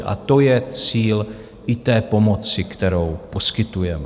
A to je cíl i té pomoci, kterou poskytujeme.